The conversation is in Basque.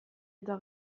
eta